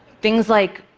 things like,